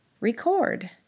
record